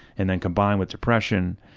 and and combined with depression,